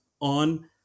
on